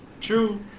True